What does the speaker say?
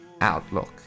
outlook